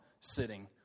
sitting